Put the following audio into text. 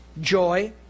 joy